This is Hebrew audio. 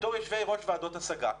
בתור יושבי-ראש ועדות השגה.